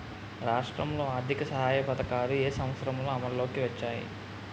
రాష్ట్రంలో ఆర్థిక సహాయ పథకాలు ఏ సంవత్సరంలో అమల్లోకి వచ్చాయి?